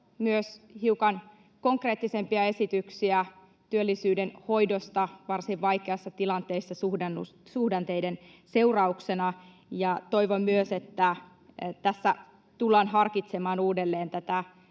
myös hiukan konkreettisempia esityksiä työllisyyden hoidosta varsin vaikeassa tilanteessa suhdanteiden seurauksena, ja toivon myös, että tässä tullaan harkitsemaan uudelleen